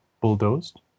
bulldozed